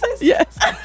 Yes